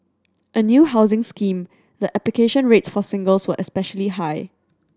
a new housing scheme the application rates for singles were especially high